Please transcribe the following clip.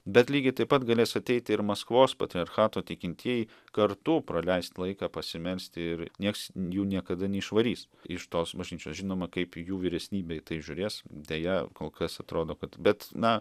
bet lygiai taip pat galės ateiti ir maskvos patriarchato tikintieji kartu praleist laiką pasimelsti ir nieks jų niekada neišvarys iš tos bažnyčios žinoma kaip jų vyresnybė į tai žiūrės deja kol kas atrodo kad bet na